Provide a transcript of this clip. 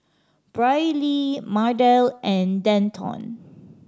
Brylee Mardell and Denton